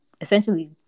essentially